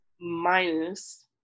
minus –